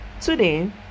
Today